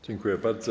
Dziękuję bardzo.